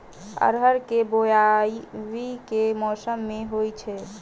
अरहर केँ बोवायी केँ मौसम मे होइ छैय?